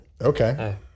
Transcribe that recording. Okay